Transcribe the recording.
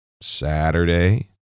Saturday